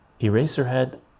Eraserhead